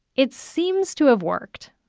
it seems to have worked.